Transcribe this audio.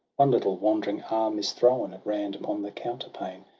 one little wandering arm is thrown at random on the counterpane,